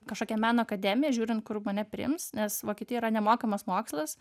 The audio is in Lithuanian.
kažkokią meno akademiją žiūrint kur mane priims nes vokietijoj yra nemokamas mokslas